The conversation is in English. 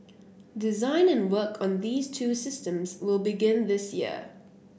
design and work on these two systems will begin this year